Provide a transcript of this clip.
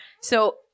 So-